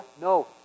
No